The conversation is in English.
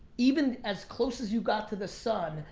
even as close as you got to the sun,